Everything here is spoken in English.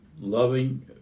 loving